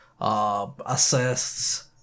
assists